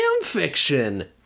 fiction